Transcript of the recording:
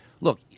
Look